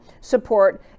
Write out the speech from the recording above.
support